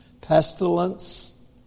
Pestilence